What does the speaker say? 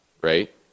right